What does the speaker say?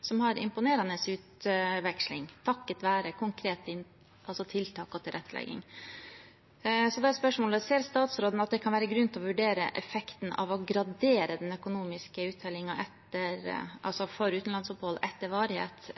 som har en imponerende utveksling – takket være tiltak og tilrettelegging. Da er spørsmålet: Ser statsråden at det kan være grunn til å vurdere effekten av å gradere den økonomiske uttellingen for utenlandsopphold etter varighet,